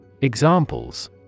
examples